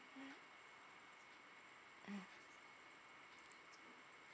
um